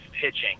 pitching